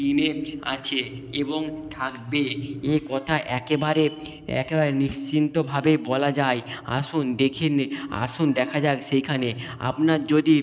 টিনে আছে এবং থাকবে এ কথা একেবারে একেবারে নিশ্চিন্তভাবে বলা যায় আসুন দেখে নে আসুন দেখা যাক সেখানে আপনার যদি